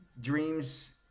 dreams